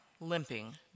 limping